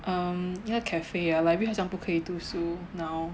um 应该 cafe ah library 好像不可以读书 now